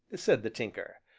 said the tinker.